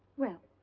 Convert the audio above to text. well.